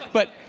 but